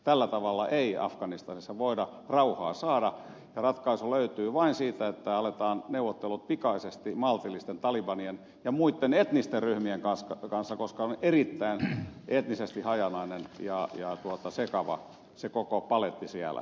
tällä tavalla ei afganistanissa voida rauhaa saada ja ratkaisu löytyy vain siitä että aletaan neuvottelut pikaisesti maltillisten talibanien ja muitten etnisten ryhmien kanssa koska on erittäin etnisesti hajanainen ja sekava se koko paletti siellä